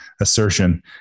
assertion